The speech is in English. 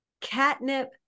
catnip